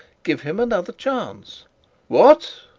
give him another chance what!